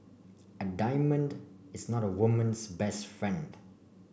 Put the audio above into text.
a diamond is not a woman's best friend